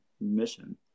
mission